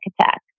attack